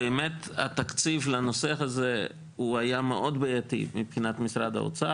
באמת התקציב לנושא הזה הוא היה מאוד בעייתי מבחינת משרד האוצר.